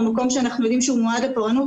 מקום שאנחנו יודעים שהוא מועד לפורענות,